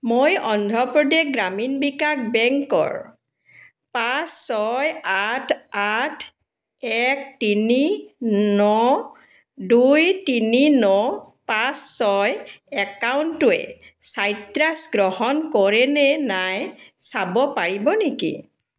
মই অন্ধ্ৰ প্ৰদেশ গ্ৰামীণ বিকাশ বেংকৰ পাঁচ ছয় আঠ আঠ এক তিনি ন দুই তিনি ন পাঁচ ছয় একাউণ্টটোৱে চাইট্ৰাছ গ্ৰহণ কৰে নে নাই চাব পাৰিব নেকি